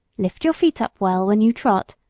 lift your feet up well when you trot,